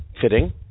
Fitting